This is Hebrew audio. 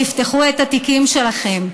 תפתחו את התיקים שלכם,